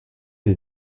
des